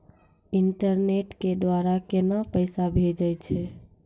Internet के द्वारा केना पैसा भेजय छै?